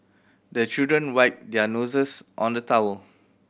the children wipe their noses on the towel